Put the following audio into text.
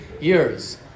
years